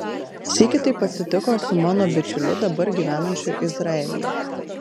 sykį taip atsitiko su mano bičiuliu dabar gyvenančiu izraelyje